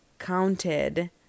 Counted